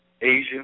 Asian